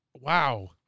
wow